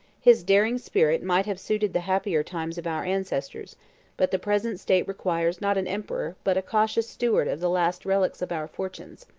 his daring spirit might have suited the happier times of our ancestors but the present state requires not an emperor, but a cautious steward of the last relics of our fortunes.